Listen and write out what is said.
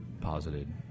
posited